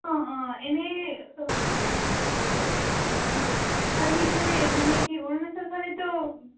অঁ অঁ এনেই অঁ আচ্ছা আচ্ছা অঁ আৰু সিফালে মানে কি অৰুণাচল ফালেতো